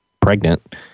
pregnant